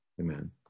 Amen